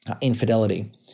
infidelity